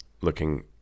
Looking